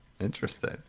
Interesting